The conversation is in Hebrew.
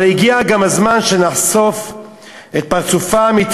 אבל הגיע גם הזמן שנחשוף את הפרצוף האמיתי